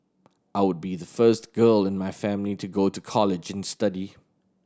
I would be the first girl in my family to go to college and study